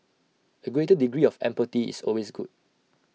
A greater degree of empathy is always good